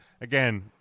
again